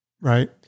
right